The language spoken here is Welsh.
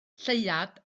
lleuad